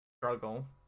struggle